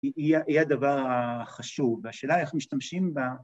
‫היא הדבר החשוב, ‫והשאלה היא איך משתמשים בה.